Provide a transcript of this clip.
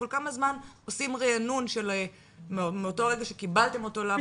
כל כמה זמן עושים ריענון מאותו רגע שקיבלתם אותו לעבודה,